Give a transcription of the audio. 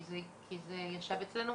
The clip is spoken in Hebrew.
כי זה ישב אצלנו,